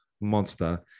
monster